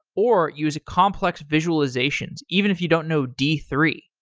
or use complex visualizations even if you don't know d three.